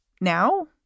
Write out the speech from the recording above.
now